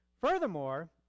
Furthermore